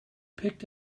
picked